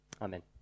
Amen